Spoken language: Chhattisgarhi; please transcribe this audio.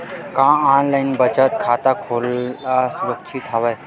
का ऑनलाइन बचत खाता खोला सुरक्षित हवय?